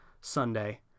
Sunday